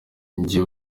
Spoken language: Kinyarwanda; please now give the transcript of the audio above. njye